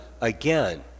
again